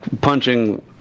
punching